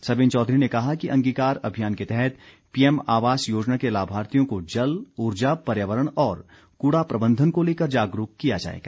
सरवीण चौधरी ने बताया कि अंगीकार अभियान के तहत पीएम आवास योजना के लाभार्थियों को जल उर्जा पर्यावरण और कूड़ा प्रबंधन को लेकर जागरूक किया जाएगा